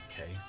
okay